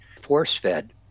force-fed